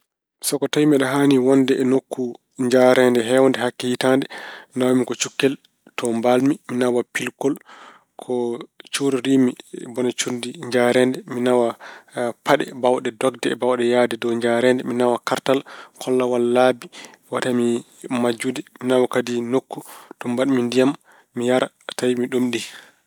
So ko tawi mbeɗa haani wonde e nokku njareede heewde hakke hitaande, nawam-mi ko cukkel to mbaal-mi, mi nawa piilgol ko cuuririimi bone conndi njareede. Mi nawa paɗe baawɗe dokde e baawɗe yahde dow njareede. Mi nawa kaartal kolloowal laabi wota mi majjude. Mi nawa kadi nokku to mbaɗmi ndiyam mi yara so mi ɗomɗi.